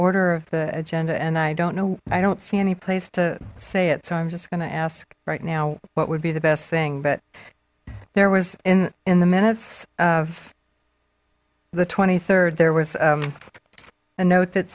order of the agenda and i don't know i don't see any place to say it so i'm just gonna ask right now what would be the best thing but there was in in the minutes of the rd there was a note that